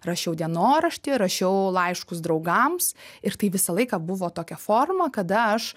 rašiau dienoraštį rašiau laiškus draugams ir tai visą laiką buvo tokia forma kada aš